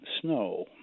snow